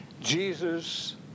Jesus